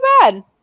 bad